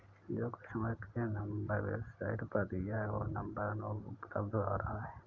जो customer care number website पर दिया है वो नंबर अनुपलब्ध आ रहा है